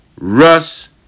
Russ